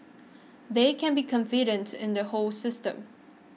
they can be confident in the whole system